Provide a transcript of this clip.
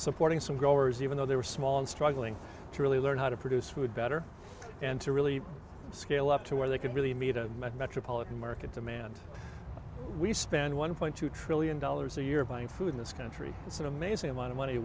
supporting some growers even though they were small and struggling to really learn how to produce food better and to really scale up to where they can really meet a metropolitan market demand we spend one point two trillion dollars a year buying food in this country it's an amazing amount of money